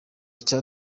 cya